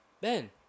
Ben